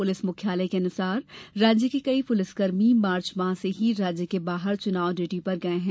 police मुख्यालय के अनुसार राज्य के कई पुलिसकर्मी मार्च माह से ही राज्य के बाहर चुनाव डयूटी पर गये है